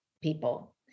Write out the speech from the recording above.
people